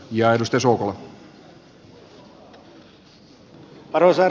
arvoisa herra puhemies